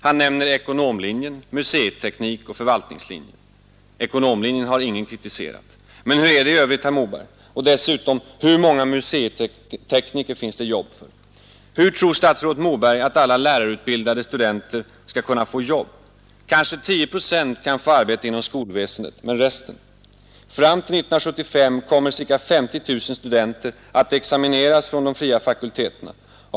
Han nämner ekonomilinjen, museiteknik och förvaltningslinjen. Ekonomilinjen har ingen kritiserat. Men hur är det i övrigt, herr Moberg? Och dessutom, hur många museitekniker finns det jobb för? Hur tror statsrådet Moberg att alla lärarutbildade studenter skall kunna få jobb? Kanske 10 procent kan få arbete inom skolväsendet — men resten? Fram till 1975 kommer ca 50 000 studenter att examineras från de fria fakulteterna.